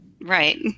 Right